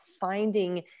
finding